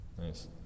Nice